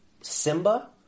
Simba